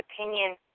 opinion